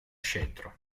scettro